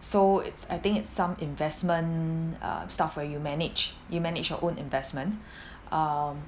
so it's I think it's some investment uh stuff where you manage you manage your own investment um